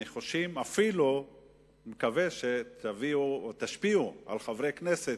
נחושים, אפילו אני מקווה שתשפיעו על חברי כנסת,